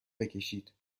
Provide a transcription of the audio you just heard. بکشید